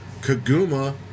Kaguma